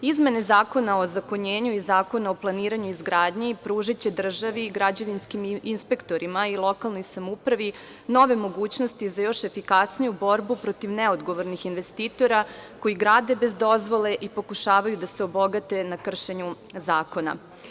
Izmene Zakona o ozakonjenju i Zakona o planiranju i izgradnji pružaće državi i građevinskim inspektorima i lokalnoj samoupravi nove mogućnosti za još efikasniju borbu protiv neodgovornih investitora koji grade bez dozvole i pokušavaju da se obogate na kršenju zakona.